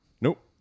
Nope